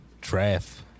draft